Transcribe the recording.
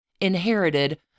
inherited